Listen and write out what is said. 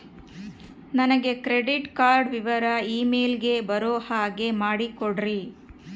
ನನಗೆ credit card ವಿವರ email ಗೆ ಬರೋ ಹಾಗೆ ಮಾಡಿಕೊಡ್ರಿ?